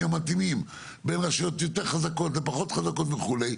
המתאימים בין רשויות יותר חזקות לפחות חזקות וכו',